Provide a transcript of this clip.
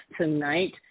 tonight